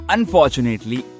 Unfortunately